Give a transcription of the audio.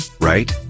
right